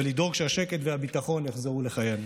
ולדאוג שהשקט והביטחון יחזרו לחייהם.